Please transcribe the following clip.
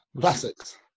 Classics